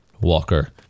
Walker